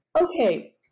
Okay